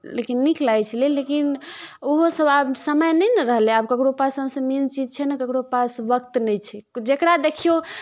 लेकिन नीक लागै छलै लेकिन ओहो सब आब समय नहि ने रहलै आब ककरो पास सबसँ मेन चीज छै ने ककरो पास वक्त नहि छै जेकरा देखियौ